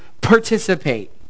participate